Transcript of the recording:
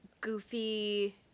goofy